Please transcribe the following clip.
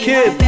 Kid